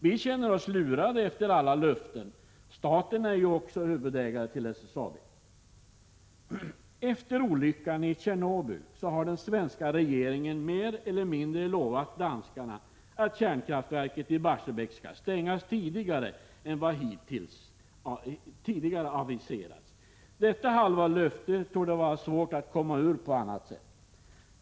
Vi känner oss lurade efter alla löften — staten är ju ändock huvudägare till SSAB. Efter olyckan i Tjernobyl har den svenska regeringen mer eller mindre lovat danskarna att kärnkraftverket i Barsebäck skall stängas tidigare än vad hittills aviserats. Detta halva löfte torde vara svårt att komma från på annat sätt.